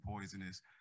poisonous